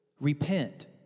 repent